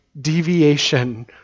deviation